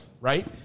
Right